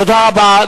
תודה רבה.